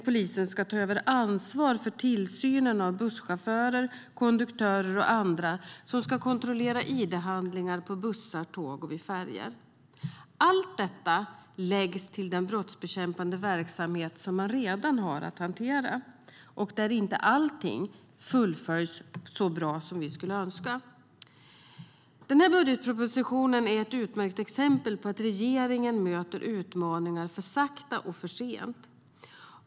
Polisen ska ta över ansvaret för tillsynen av busschaufförer, konduktörer och andra som ska kontrollera id-handlingar på bussar och tåg och vid färjor. Allt detta läggs till hela den brottsbekämpande verksamhet som de redan ska hantera och som inte alltid fullföljs så bra som vi skulle önska. Den här budgetpropositionen är ett utmärkt exempel på att regeringen möter utmaningar för sakta och för sent.